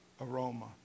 aroma